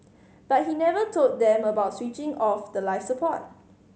but he never told them about switching off the life support